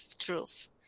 truth